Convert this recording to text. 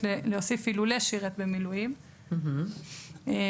להוסיף: אילולא שירת במילואים "בשלוש,